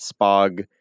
Spog